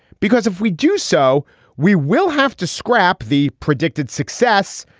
because if we do so we will have to scrap the predicted success.